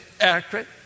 accurate